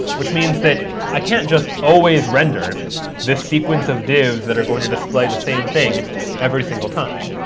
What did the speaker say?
which means that i can't just always render this sequence of divs that are going to display the same thing every single time.